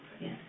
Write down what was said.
Yes